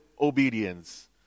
obedience